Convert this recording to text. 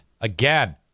Again